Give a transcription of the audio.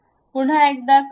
पुन्हा एकदा करूया